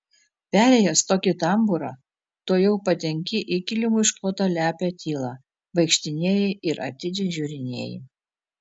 perėjęs tokį tambūrą tuojau patenki į kilimu išklotą lepią tylą vaikštinėji ir atidžiai žiūrinėji